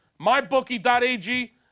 MyBookie.ag